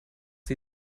sie